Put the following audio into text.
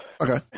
Okay